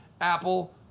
Apple